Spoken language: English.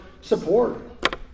support